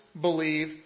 believe